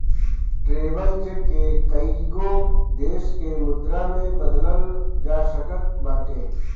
traveller cheque के कईगो देस के मुद्रा में बदलल जा सकत बाटे